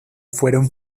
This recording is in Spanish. fueron